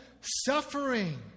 suffering